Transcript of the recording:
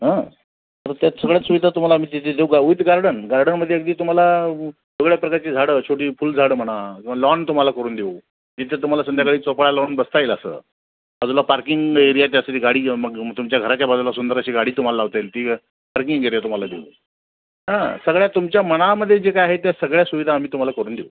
हं तर त्या सगळ्यात सुविधा तुम्हाला आम्ही तिथे देऊ गा विथ गार्डन गार्डनमध्ये अगदी तुम्हाला वेगळ्या प्रकारची झाडं छोटी फूल झाडं म्हणा किंवा लॉन तुम्हाला करून देऊ जिथं तुम्हाला संध्याकाळी झोपाळा लावून बसता येईल असं बाजूला पार्किंग एरियाच्या असे ती गाडी मग तुमच्या घराच्या बाजूला सुंदर अशी गाडी तुम्हाला लावता येईल ती पार्किंग एरिया तुम्हाला देऊ हा सगळ्या तुमच्या मनामध्ये जे काय आहे त्या सगळ्या सुविधा आम्ही तुम्हाला करून देऊ